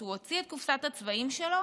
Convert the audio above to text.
הוא הוציא את קופסת הצבעים שלו